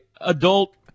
adult